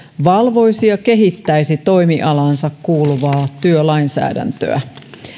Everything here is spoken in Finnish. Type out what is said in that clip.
valvoisi ja kehittäisi toimialaansa kuuluvaa työnlainsäädäntöä